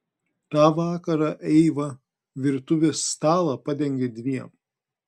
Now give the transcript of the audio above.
tą vakarą eiva virtuvės stalą padengė dviem